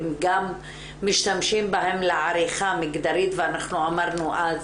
גם משתמשים בהם לעריכה מגדרית ואנחנו אמרנו אז